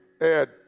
Ed